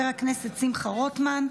נמשיך בסדר-היום.